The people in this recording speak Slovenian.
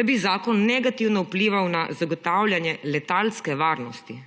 da bi zakon negativno vplival na zagotavljanje letalske varnosti.